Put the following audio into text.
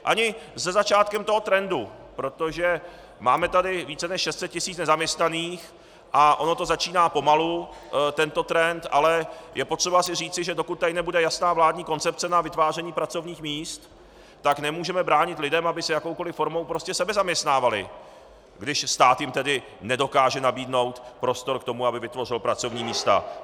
Ani se začátkem toho trendu, protože tady máme více než 600 tisíc nezaměstnaných, a ono to začíná pomalu, tento trend, ale je potřeba si říci, že dokud tady nebude jasná vládní koncepce na vytváření pracovních míst, nemůžeme bránit lidem, aby se jakoukoli formou sebezaměstnávali, když jim stát nedokáže nabídnout prostor k tomu, aby vytvořil pracovní místa.